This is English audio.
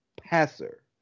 passer